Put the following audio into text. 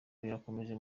birakomeza